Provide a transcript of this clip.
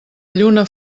lluna